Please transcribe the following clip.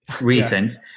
reasons